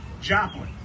Joplin